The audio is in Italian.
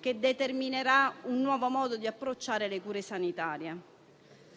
che determinerà un nuovo modo di approcciare le cure sanitarie.